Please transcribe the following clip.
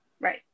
Right